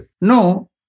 No